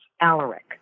Alaric